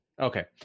Okay